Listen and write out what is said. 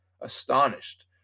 astonished